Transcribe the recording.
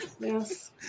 Yes